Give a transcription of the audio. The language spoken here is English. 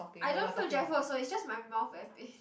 I don't feel jackfruit also it just my mouth very pain